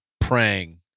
praying